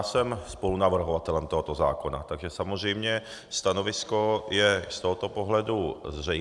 Jsem spolunavrhovatelem tohoto zákona, takže samozřejmě stanovisko je z tohoto pohledu zřejmé.